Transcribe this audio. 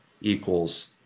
equals